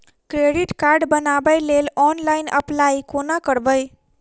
Credit card बनाबै लेल online apply कोना करबै?